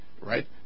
right